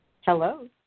hello